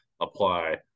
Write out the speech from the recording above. apply